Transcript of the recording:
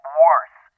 worse